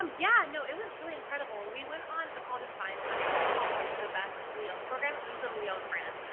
um yeah, it was really incredible. we went on a college of science study abroad called like the best leone program. it was in leon, france,